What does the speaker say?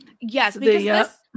Yes